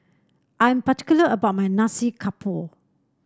I'm particular about my Nasi Campur